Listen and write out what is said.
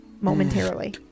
momentarily